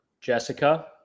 Jessica